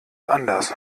anders